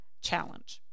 challenge